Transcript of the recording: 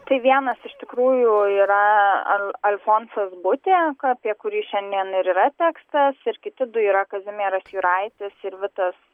tai vienas iš tikrųjų yraa al alfonsas butė apie kurį šiandien ir yra tekstas ir kiti du yra kazimieras juraitis ir vitas